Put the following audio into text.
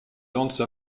lance